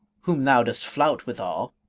whom thou dost flout withal,